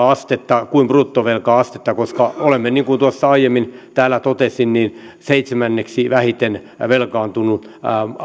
astetta kuin bruttovelka astetta koska olemme niin kuin tuossa aiemmin täällä totesin seitsemänneksi vähiten velkaantunut